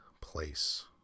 place